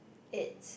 it's